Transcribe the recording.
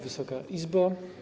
Wysoka Izbo!